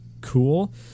cool